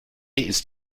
ist